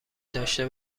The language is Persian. داشته